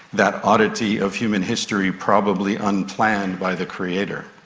that oddity of human history, probably unplanned by the creator.